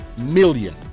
million